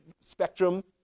spectrum